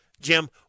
Jim